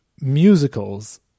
musicals